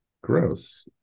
Gross